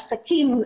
עסקים,